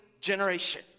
generation